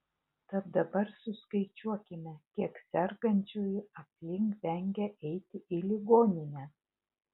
tad dabar suskaičiuokime kiek sergančiųjų aplink vengia eiti į ligonines